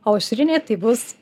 aušrinė tai bus